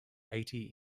eighty